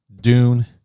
Dune